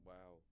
Wow